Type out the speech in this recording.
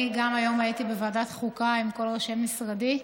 היום הייתי בוועדת החוקה עם כל ראשי משרדי,